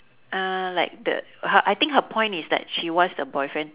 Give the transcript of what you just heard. uh like the her I think her point is that she wants the boyfriend